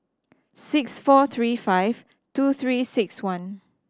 six four three five two Three Six One